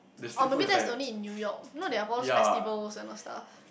oh maybe that's only in New York you know they have all those festivals and what stuff